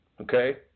Okay